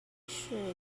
sure